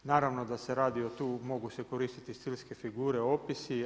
Naravno da se radi tu, mogu se koristiti stilske figure, opisi.